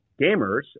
gamers